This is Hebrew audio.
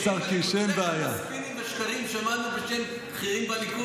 בדרך כלל ספינים ושקרים שמענו בשם "בכירים בליכוד".